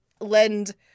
lend